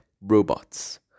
robots